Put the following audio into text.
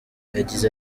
yagize